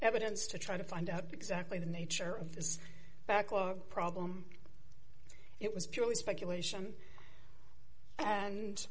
evidence to try to find out exactly the nature of this backlog problem it was purely speculation and